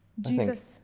Jesus